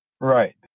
Right